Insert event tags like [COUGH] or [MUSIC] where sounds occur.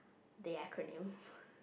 the acronym [LAUGHS]